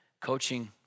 coaching